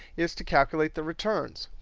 is to calculate the returns.